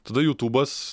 tada jutūbas